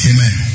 Amen